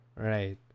Right